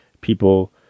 people